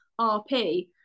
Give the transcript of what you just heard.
RP